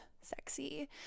Sexy